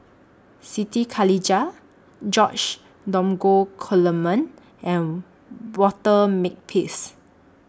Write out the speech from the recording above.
Siti Khalijah George Dromgold Coleman and Walter Makepeace